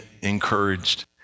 encouraged